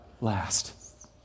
last